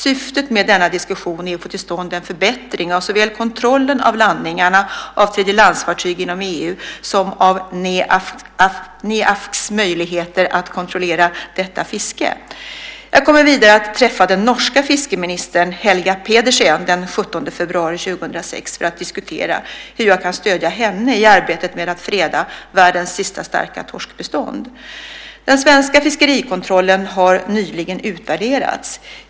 Syftet med denna diskussion är att få till stånd en förbättring av såväl kontrollen av landningarna av tredjelandsfartyg inom EU som NEAFC:s möjligheter att kontrollera detta fiske. Jag kommer vidare att träffa den norska fiskeministern Helga Pedersen den 17 februari 2006 för att diskutera hur jag kan stödja henne i arbetet med att freda världens sista starka torskbestånd. Den svenska fiskerikontrollen har nyligen utvärderats.